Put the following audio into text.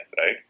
right